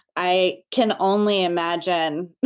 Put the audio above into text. i can only imagine.